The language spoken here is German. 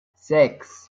sechs